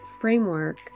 framework